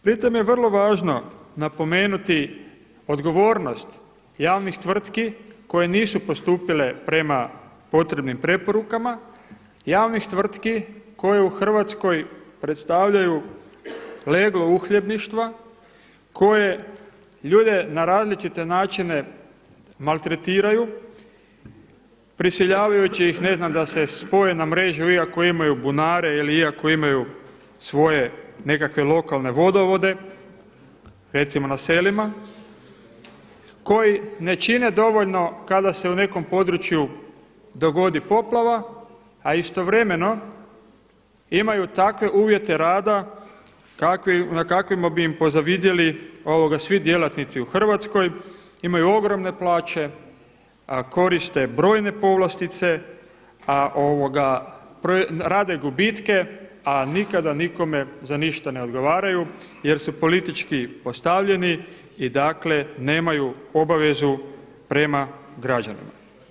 Pri tom je vrlo važno napomenuti odgovornost javnih tvrtki koje nisu postupile prema potrebnim preporukama javnih tvrtki koje u Hrvatskoj predstavljaju leglo uhljebništva, koje ljude na različite načine maltretiraju prisiljavajući ih ne znam da se spoje na mrežu iako imaju bunare, ili ako imaju svoje nekakve lokalne vodovode recimo na selima koji ne čine dovoljno kada se u nekom području dogodi poplava a istovremeno imaju takve uvjete rada na kakvima bi im pozavidjeli svi djelatnici u Hrvatskoj, imaju ogromne plaće, a koriste brojne povlastice, rade gubitke a nikada nikome za ništa ne odgovaraju jer su politički postavljeni i dakle nemaju obavezu prema građanima.